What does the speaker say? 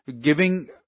giving